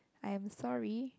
I am sorry